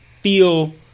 feel